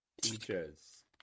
teachers